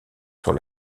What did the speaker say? sur